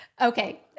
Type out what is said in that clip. Okay